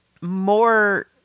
more